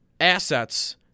assets